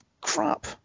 crap